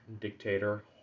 dictator